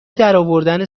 درآوردن